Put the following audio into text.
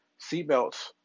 seatbelts